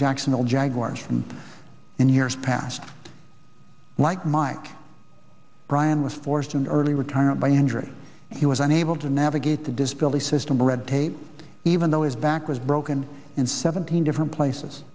jacksonville jaguars and in years past like mike bryan was forced into early retirement by injury he was unable to navigate the disability system or red tape even though his back was broken in seventeen different places